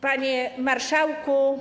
Panie Marszałku!